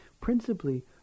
principally